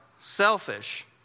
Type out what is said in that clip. selfish